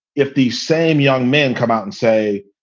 if these same young men come out and say,